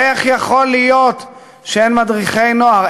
איך יכול להיות שאין מדריכי נוער?